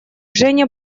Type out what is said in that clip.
женя